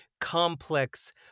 complex